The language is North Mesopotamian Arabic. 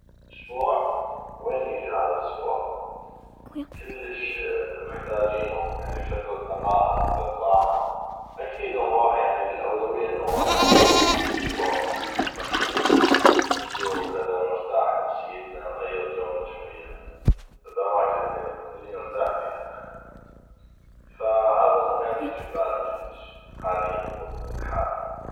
اسبوع وين يجي هذا الاسبوع كلش محتاجينو يعني فتره نقاهة فتره راحه اكيد الاولوية انو نغوح عمره نغوح ل مكة نزور وكذا نرتاح نفسيتنا نغير جونا شويه باماكن اللي نرتاح بيها احنا ف هذا المكان يجي ببالي كلش بالوقت الحالي يعني